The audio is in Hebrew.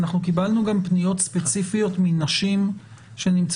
אנחנו קיבלנו גם פניות ספציפיות מנשים שנמצאות